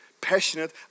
Passionate